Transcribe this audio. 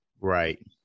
Right